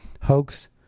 hoax